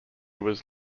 was